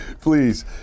please